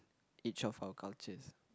each of our cultures